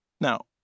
Now